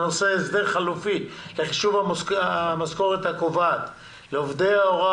על סדר היום הסדר חלופי לחישוב המשכורת הקובעת לעובדי הוראה